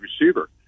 receiver